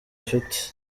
afite